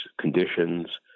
conditions